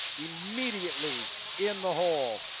immediately in the hole.